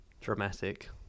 dramatic